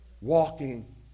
Walking